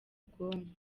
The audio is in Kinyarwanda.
bwonko